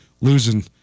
losing